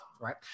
right